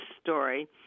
story